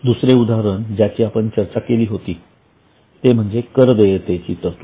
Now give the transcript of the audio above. दुसरे उदाहरण ज्याची आपण चर्चा केली होती ती ते म्हणजे कर देयतेची तरतूद